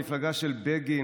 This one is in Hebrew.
המפלגה של בגין,